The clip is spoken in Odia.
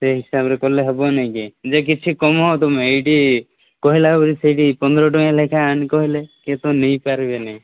ସେଇ ହିସାବରେ କଲେ ହେବ ନାଇଁକି ଯେ କିଛି କମାଅ ତୁମେ ଏଇଠି କହିଲା ବୋଲି ସେଇଠି ପନ୍ଦର ଟଙ୍କା ଲେଖା ଆଣେ କହିଲେ କେହି ତ ନେଇପାରବେନି